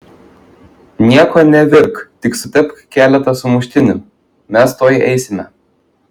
nieko nevirk tik sutepk keletą sumuštinių mes tuoj eisime